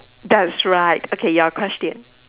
that's right okay your question